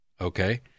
Okay